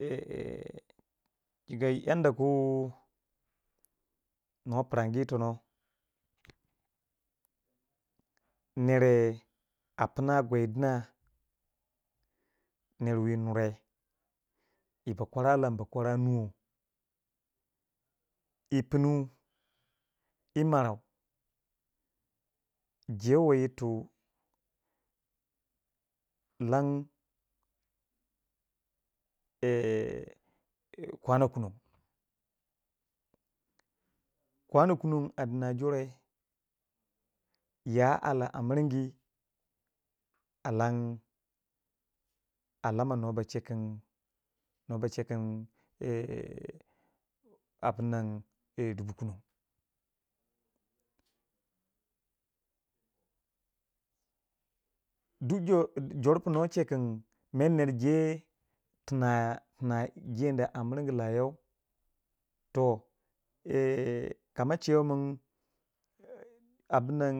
e chika yanda ku nuwa piragu yi tono nere a pina gwai dina nar wi yi nure yi ba kwara lan bu kwara nuwo, yi pinu yi marau jewei yir ti lam kwana kunon, kwano kwunon a dina jore ya alị a miringi a lan a alama numa ba che kin nuwa ba che kun ye abunnan yeh dubu kunon duk jor jor nfu nuwa che kin mer ner je tina tina jeni a minringyi layau toh yeh ka ma chewe min ye abunnan